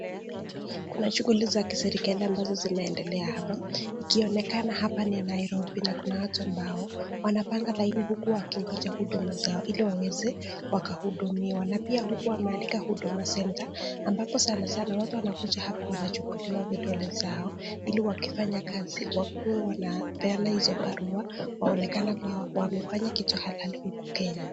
Kwa shughuli za kiserikali ambazo zinaendelea hapa; ikionekana hapa ni Nairobi na kuna watu ambao wanapanga laini huku wakingoja huduma zao ili waweze wakahudumiwa. Na pia huku wameandika Huduma centre ambapo sana sana watu wanakuja hapa wanachukuliwa vidole zao ili wakifanya kazi wakuwe wanapeana hizo barua wanaonekana kuwa wamefanya kitu hadhari huku Kenya.